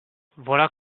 voilà